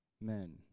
men